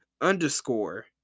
underscore